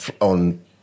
on